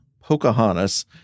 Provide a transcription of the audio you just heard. Pocahontas